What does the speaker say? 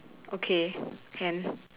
okay can